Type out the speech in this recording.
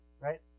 right